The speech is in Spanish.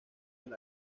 del